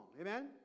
Amen